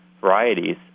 varieties